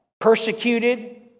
persecuted